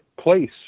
place